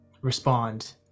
respond